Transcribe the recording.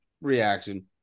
reaction